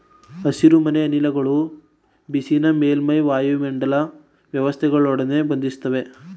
ಹಸಿರುಮನೆ ಅನಿಲಗಳು ಬಿಸಿನ ಮೇಲ್ಮೈ ವಾಯುಮಂಡಲ ವ್ಯವಸ್ಥೆಯೊಳಗೆ ಬಂಧಿಸಿಡ್ತವೆ